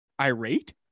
irate